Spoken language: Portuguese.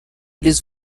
eles